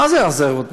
מה זה רזרבות בכלל?